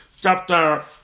chapter